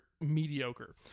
mediocre